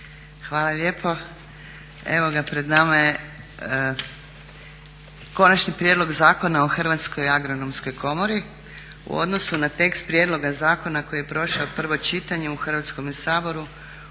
Hvala lijepo. Evo pred nama je Konačni prijedlog Zakona o Hrvatskoj agronomskoj komori. U odnosu na tekst prijedloga zakona je prošao prvo čitanje u Hrvatskome saboru